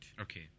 Okay